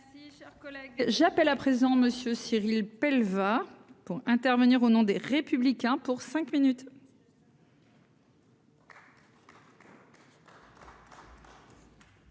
j'appelle à présent monsieur Cyrille pelle va pour intervenir au nom des républicains pour cinq minutes.